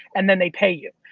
and then they pay you.